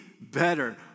better